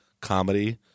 comedy